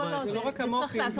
זה לא רק מו"פים.